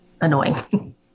annoying